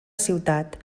ciutat